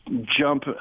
jump